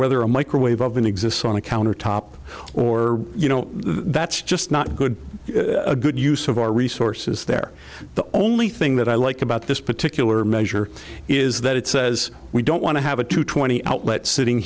whether a microwave oven exists on a countertop or you know that's just not good a good use of our resources there the only thing that i like about this particular measure is that it says we don't want to have a two twenty outlet sitting